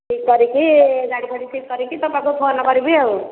ଠିକ୍ କରିକି ଗାଡ଼ି ଫାଡ଼ି ଠିକ୍ କରିକି ତୋ ପାଖକୁ ଫୋନ୍ କରିବି ଆଉ